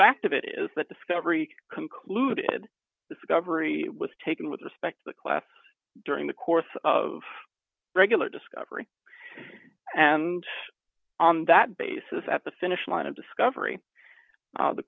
fact of it is that discovery concluded discovery was taken with respect class during the course of regular discovery and on that basis at the finish line of discovery